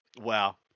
Wow